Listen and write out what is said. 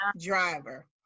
driver